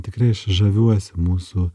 tikrai aš žaviuosi mūsų